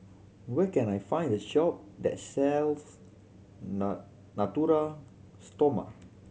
where can I find a shop that sells Natura Stoma